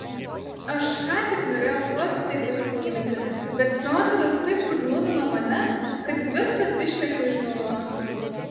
aš ką tik norėjau pats tai pasiūlyti bet piotras taip suglumino mane kad viskas išlėkė iš galvos